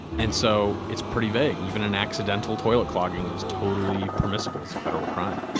and so it's pretty vague. even an accidental toilet clogging is totally permissible as a federal crime